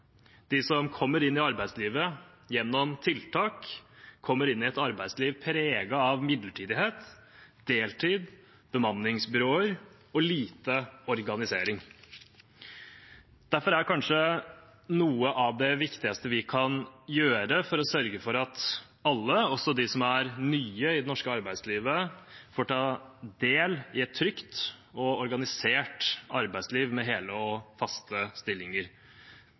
De som kommer inn i arbeidslivet gjennom tiltak, kommer inn i et arbeidsliv preget av midlertidighet, deltid, bemanningsbyråer og lite organisering. Derfor er kanskje noe av det viktigste vi kan gjøre, å sørge for at alle, også de som er nye i det norske arbeidslivet, får ta del i et trygt og organisert arbeidsliv med hele og faste stillinger.